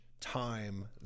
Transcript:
time